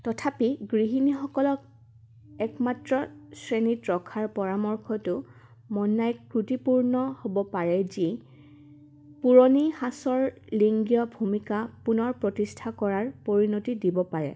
তথাপি গৃহিণীসকলক একমাত্ৰ শ্ৰেণীত ৰখাৰ পৰামৰ্শটো মননাই ক্ৰোটিপূৰ্ণ হ'ব পাৰে যি পুৰণি সাঁচৰ লিংগীয় ভূমিকা পুনৰ প্ৰতিষ্ঠা কৰাৰ পৰিণতি দিব পাৰে